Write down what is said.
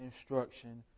instruction